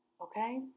okay